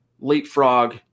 leapfrog